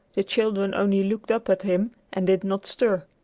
the children only looked up at him and did not stir.